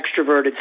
extroverted